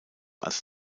als